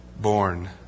born